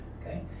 okay